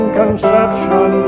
conception